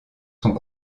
sont